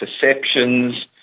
perceptions